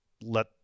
let